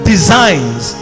designs